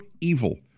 evil